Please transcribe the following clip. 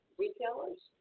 retailers